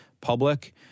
public